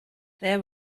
there